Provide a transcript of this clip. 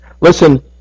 Listen